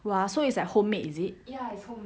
!wah! so it's like homemade is it